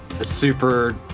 super